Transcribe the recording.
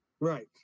Right